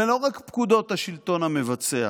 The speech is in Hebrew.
ולא רק פקודות השלטון המבצע,